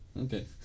Okay